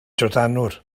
drydanwr